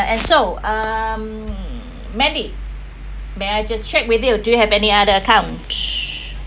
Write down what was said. and so um mandy may I just check with you do you have any other account